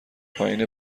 پایین